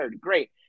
great